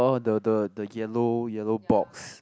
the the the yellow yellow box